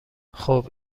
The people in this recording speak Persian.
خوب